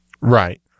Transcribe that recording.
Right